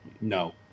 No